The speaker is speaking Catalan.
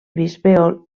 bisbe